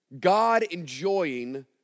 God-enjoying